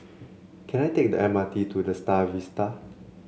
can I take the M R T to The Star Vista